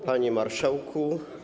Panie Marszałku!